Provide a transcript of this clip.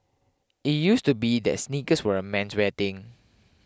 it used to be that sneakers were a menswear thing